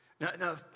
Now